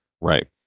Right